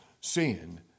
sin